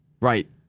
Right